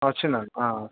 వచ్చిందండి